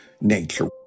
nature